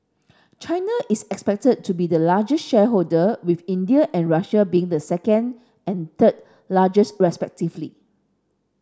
China is expected to be the largest shareholder with India and Russia being the second and third largest respectively